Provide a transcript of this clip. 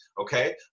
okay